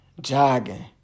jogging